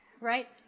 right